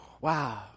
Wow